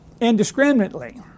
indiscriminately